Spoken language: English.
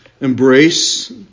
embrace